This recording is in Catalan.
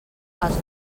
els